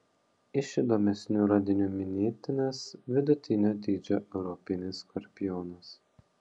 iš įdomesnių radinių minėtinas vidutinio dydžio europinis skorpionas